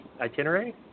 itinerary